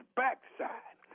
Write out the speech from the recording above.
backside